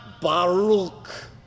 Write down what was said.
Baruch